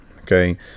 Okay